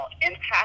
impact